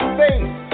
face